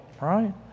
right